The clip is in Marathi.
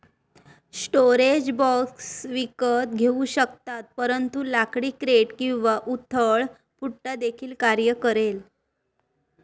स्टोरेज बॉक्स विकत घेऊ शकतात परंतु लाकडी क्रेट किंवा उथळ पुठ्ठा देखील कार्य करेल